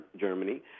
Germany